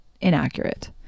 inaccurate